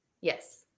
Yes